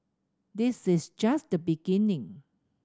this is just the beginning